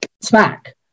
smack